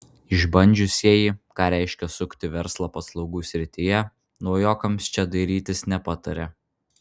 išbandžiusieji ką reiškia sukti verslą paslaugų srityje naujokams čia dairytis nepataria